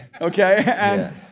Okay